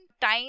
time